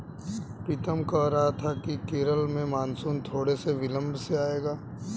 पीतम कह रहा था कि केरल में मॉनसून थोड़े से विलंब से आएगा